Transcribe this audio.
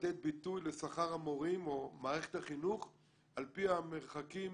לתת ביטוי לשכר המורים או מערכת החינוך על פי המרחקים